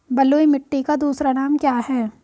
बलुई मिट्टी का दूसरा नाम क्या है?